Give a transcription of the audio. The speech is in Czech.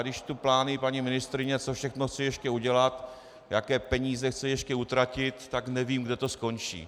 Když čtu plány paní ministryně, co všechno chce ještě udělat, jaké peníze chce ještě utratit, tak nevím, kde to skončí.